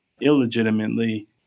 illegitimately